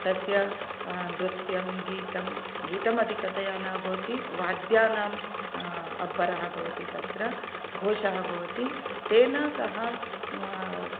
तस्य नृत्यं गीतं गीतमधिकतया न भवति वाद्यानां अब्बरः भवति तत्र घोषः भवति तेन सह